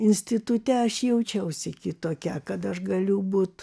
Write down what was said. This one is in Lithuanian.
institute aš jaučiausi kitokia kad aš galiu būt